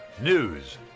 News